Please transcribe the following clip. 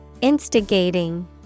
Instigating